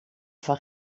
van